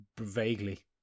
Vaguely